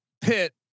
Pitt